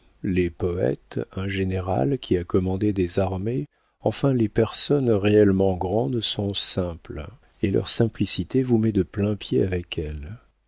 les poëtes un général qui a commandé des armées enfin les personnes réellement grandes sont simples et leur simplicité vous met de plain-pied avec elles